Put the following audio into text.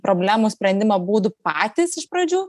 problemų sprendimo būdų patys iš pradžių